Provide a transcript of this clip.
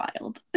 wild